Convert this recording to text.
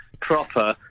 proper